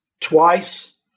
twice